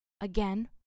again